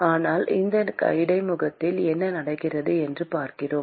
ஆனால் அந்த இடைமுகத்தில் என்ன நடக்கிறது என்று பார்க்கிறோம்